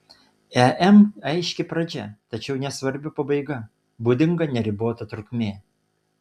em aiški pradžia tačiau nesvarbi pabaiga būdinga neribota trukmė